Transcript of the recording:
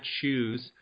choose